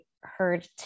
heard